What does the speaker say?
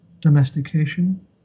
domestication